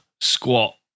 squat